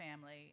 family